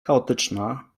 chaotyczna